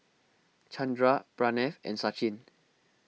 Chandra Pranav and Sachin